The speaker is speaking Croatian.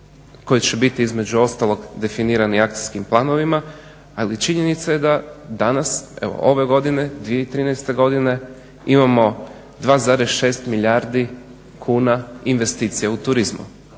koji će biti između ostalog definirani akcijskim planovima. Ali činjenica je da danas evo ove godine 2013.godine imamo 2,6 milijardi kuna investicija u turizmu.